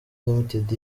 limited